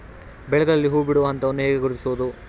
ಬೆಳೆಗಳಲ್ಲಿ ಹೂಬಿಡುವ ಹಂತವನ್ನು ಹೇಗೆ ಗುರುತಿಸುವುದು?